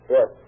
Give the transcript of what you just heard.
Yes